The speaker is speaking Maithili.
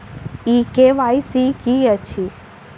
ई के.वाई.सी की अछि?